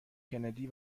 کندی